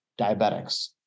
diabetics